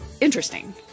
interesting